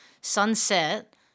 sunset